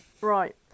Right